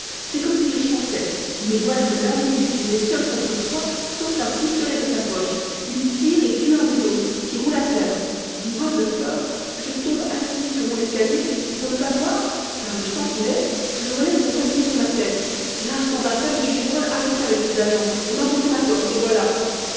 c'est comme si je chantais mais voilà que l'individu qui était seul contre trois sort un pistolet de sa poche il tire et tue un des autres qui roule à terre moi de peur je tombe assise sur mon escalier et pour ne pas voir car le sang coulait je relève mon tablier sur ma tête l'instant d'après monsieur gévrol arrivait avec ses agents on enfonçait ma porte et voilà